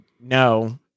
no